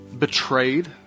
betrayed